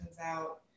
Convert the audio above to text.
out